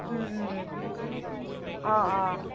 ও ও ওম অ অ